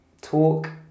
talk